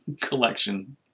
collection